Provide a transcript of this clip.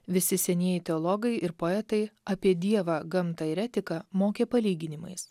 visi senieji teologai ir poetai apie dievą gamtą ir etiką mokė palyginimais